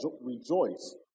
rejoice